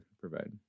provide